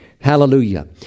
Hallelujah